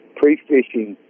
pre-fishing